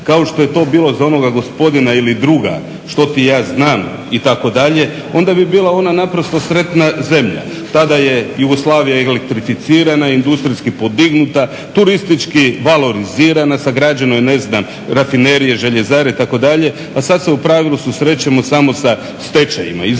kao što je to bilo za onog gospodina ili druga što ti ja znam itd. onda bi bilo na naprosto sretna zemlja. Tada je Jugoslavija elektrificirana, industrijski podignuta, turistički valorizirana, sagrađeno je ne znam rafinerije, željezare itd. a sada se u pravilu susrećemo samo sa stečajevima između